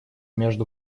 между